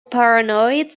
paranoid